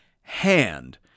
hand